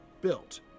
built